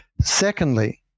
Secondly